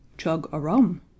chug-a-rum